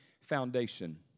Foundation